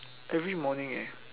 every morning ah